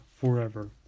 forever